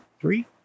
three